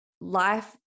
life